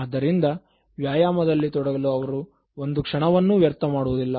ಆದ್ದರಿಂದ ವ್ಯಾಯಾಮ ದಲ್ಲಿ ತೊಡಗಲು ಅವರು ಒಂದು ಕ್ಷಣವನ್ನು ವ್ಯರ್ಥ ಮಾಡುವುದಿಲ್ಲ